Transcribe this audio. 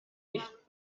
nicht